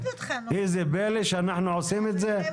איזה פלא שאנחנו עושים את זה?